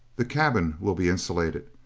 the cabin will be insulated,